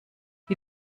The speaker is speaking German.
die